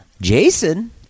Jason